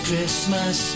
Christmas